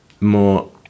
more